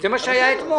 זה מה שהיה אתמול.